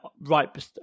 right